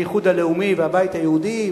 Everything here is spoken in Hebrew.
האיחוד הלאומי והבית היהודי,